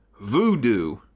Voodoo